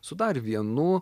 su dar vienu